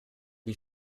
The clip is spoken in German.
die